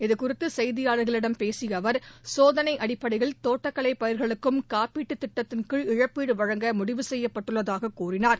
இது குறித்து செய்தியாளர்களிடம் பேசிய அவர் சோதனை அடிப்படையில் தோட்டக்கலை பயிர்களுக்கும் காப்பீட்டு திட்டத்தின் கீழ் இழப்பீடு வழங்க முடிவு செய்யப்பட்டுள்ளதாக கூறினார்